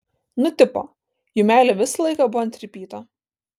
nu tipo jų meilė visą laiką buvo ant ripyto